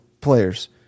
players